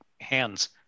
hands